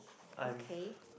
okay